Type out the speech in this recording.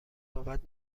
صحبت